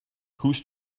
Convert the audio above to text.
whose